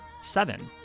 seven